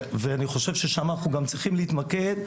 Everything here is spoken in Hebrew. ואני חושב ששם אנחנו גם צריכים להתמקד,